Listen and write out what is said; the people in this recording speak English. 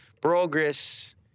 progress